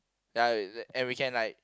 ya and we can like